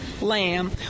lamb